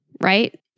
right